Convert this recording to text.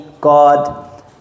God